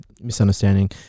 misunderstanding